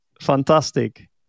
Fantastic